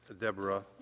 Deborah